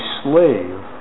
slave